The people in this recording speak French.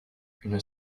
une